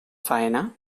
faena